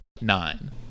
nine